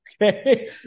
Okay